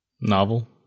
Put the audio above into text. Novel